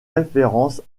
référence